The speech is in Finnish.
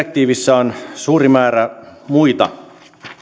perheenyhdistämisdirektiivissä on suuri määrä muita